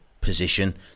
position